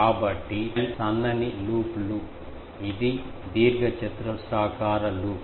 కాబట్టి పొడవు l సన్నని లూప్ లు ఇది దీర్ఘచతురస్రాకార లూప్